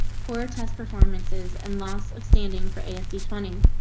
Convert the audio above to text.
poorer test performance is an loss of standing for asd training.